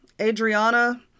Adriana